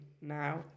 now